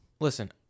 Listen